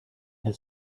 had